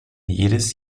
jedes